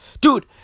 Dude